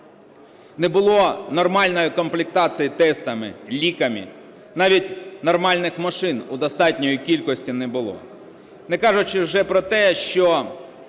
Не було нормальної комплектації тестами, ліками, навіть нормальних машин у достатній кількості не було. Не кажучи вже про те, що